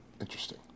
interesting